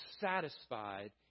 satisfied